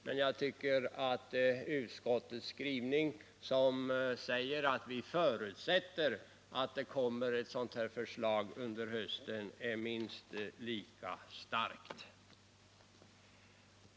Men jag tycker att utskottets skrivning, att vi förutsätter att det kommer ett sådant förslag under hösten, är minst lika stark.